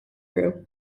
grew